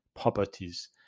properties